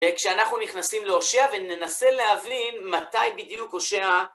כשאנחנו נכנסים להושע וננסה להבין מתי בדיוק הושע...